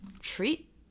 treat